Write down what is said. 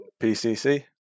PCC